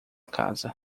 casa